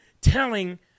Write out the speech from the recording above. Telling